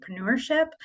entrepreneurship